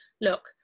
look